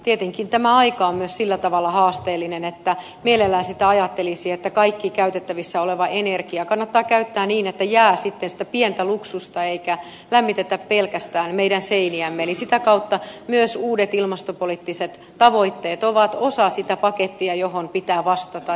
tietenkin tämä aika on myös sillä tavalla haasteellinen että mielellään sitä ajattelisi että kaikki käytettävissä oleva energia kannattaa käyttää niin että jää sitten sitä pientä luksusta eikä lämmitetä pelkästään meidän seiniämme eli sitä kautta myös uudet ilmastopoliittiset tavoitteet ovat osa sitä pakettia johon pitää vastata